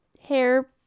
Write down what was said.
hair